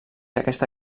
aquesta